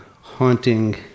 haunting